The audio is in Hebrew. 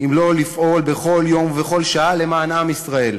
אם לא לפעול בכל יום ובכל שעה למען עם ישראל?